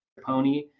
pony